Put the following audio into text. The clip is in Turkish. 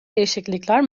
değişiklikler